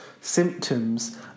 symptoms